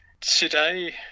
Today